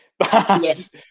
Yes